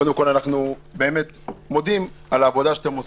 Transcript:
קודם כול אנחנו באמת מודים על העבודה שאתם עושים.